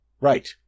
right